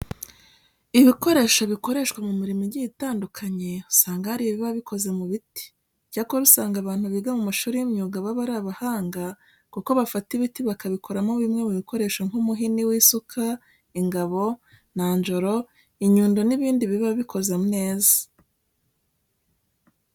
Ibikoresho bikoreshwa mu mirimo igiye itandukanye usanga hari ibiba bikoze mu biti. Icyakora usanga abantu biga mu mashuri y'imyuga baba ari abahanga kuko bafata ibiti bakabikoramo bimwe mu bikoresho nk'umuhini w'isuka, ingabo, nanjoro, inyundo n'ibindi biba bikoze neza.